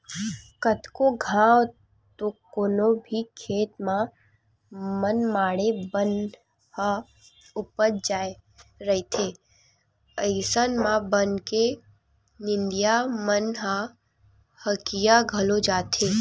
कतको घांव तो कोनो भी खेत म मनमाड़े बन ह उपज जाय रहिथे अइसन म बन के नींदइया मन ह हकिया घलो जाथे